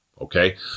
okay